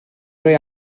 rhoi